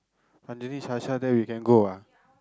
Anjali Sasha then we can go ah